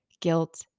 guilt